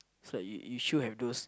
so like you you should have those